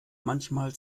manchmal